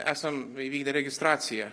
esam įvykdę registraciją